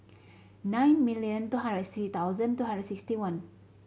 nine million two hundred sixty thousand two hundred sixty one